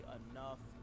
enough